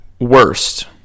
worst